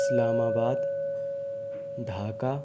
اسلام آباد ڈھاکہ